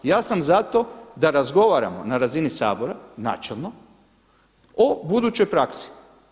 Ja sam za to da razgovaramo na razini Sabora načelno o budućoj praksi.